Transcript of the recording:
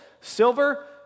silver